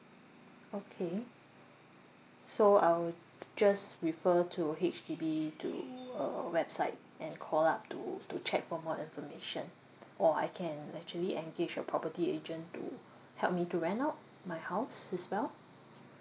okay so I would just refer to H_D_B to uh website and call up to to check for more information or I can actually engage a property agent to help me to rent out my house as well